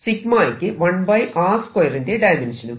𝜎 യ്ക്ക് 1r2 ന്റെ ഡയമെൻഷനും